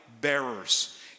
bearers